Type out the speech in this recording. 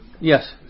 Yes